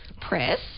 press